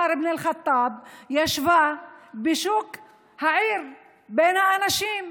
אבן אל-ח'טאב ישבה בשוק העיר בין האנשים,